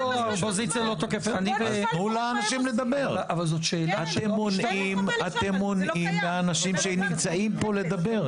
תנו לאנשים לדבר, אתם מונעים מאנשים אחרים לדבר.